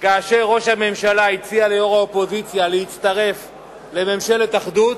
כאשר ראש הממשלה הציע ליושבת-ראש האופוזיציה להצטרף לממשלת אחדות,